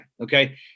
Okay